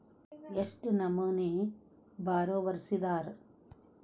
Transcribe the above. ಎಷ್ಟ್ ನಮನಿ ಬಾರೊವರ್ಸಿದಾರ?